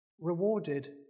rewarded